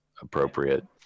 appropriate